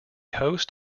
host